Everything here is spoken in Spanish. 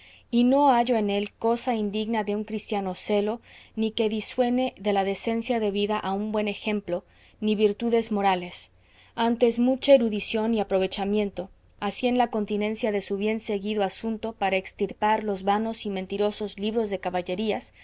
y no hallo en él cosa indigna de un cristiano celo ni que disuene de la decencia debida a buen ejemplo ni virtudes morales antes mucha erudición y aprovechamiento así en la continencia de su bien seguido asunto para extirpar los vanos y mentirosos libros de caballerías